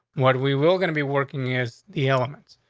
what we will gonna be working is the elements.